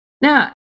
Now